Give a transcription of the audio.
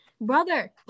brother